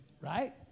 Right